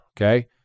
okay